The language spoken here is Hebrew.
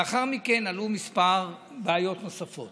לאחר מכן עלו כמה בעיות נוספות.